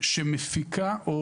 או